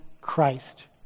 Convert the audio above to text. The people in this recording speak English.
Christ